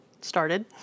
started